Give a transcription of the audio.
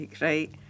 Right